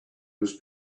was